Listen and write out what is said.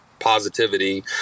positivity